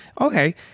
okay